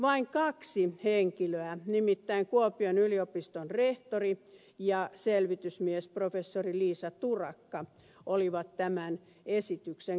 vain kaksi henkilöä nimittäin kuopion yliopiston rehtori ja selvitysmies professori liisa turakka olivat tämän esityksen kannalla